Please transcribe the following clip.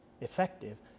effective